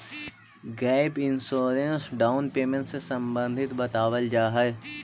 gap insurance down payment से संबंधित बतावल जाऽ हई